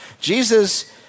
Jesus